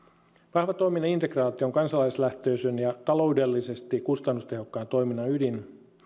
viikolla vahvatoiminen integraatio on kansalaislähtöisen ja taloudellisesti kustannustehokkaan toiminnan ydin